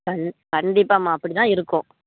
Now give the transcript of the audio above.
கண்டிப்பாகம்மா அப்படி தான் இருக்கும்